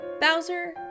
Bowser